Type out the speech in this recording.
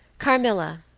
carmilla,